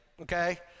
okay